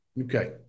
Okay